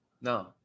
no